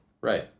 Right